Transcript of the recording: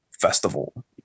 festival